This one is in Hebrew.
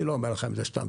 אני לא אומר לכם את זה סתם,